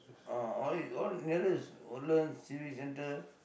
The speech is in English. or all is all is nearest Woodlands civics centre